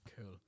Cool